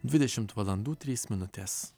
dvidešimt valandų trys minutės